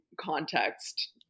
context